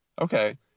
Okay